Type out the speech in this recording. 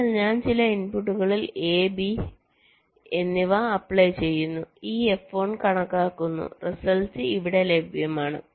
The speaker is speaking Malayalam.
അതിനാൽ ഞാൻ ചില ഇൻപുട്ടുകൾ A B എന്നിവ അപ്ലൈ ചെയ്യുന്നു ഈ F1 കണക്കാക്കുന്നു റിസൾട്ട് ഇവിടെ ലഭ്യമാണ്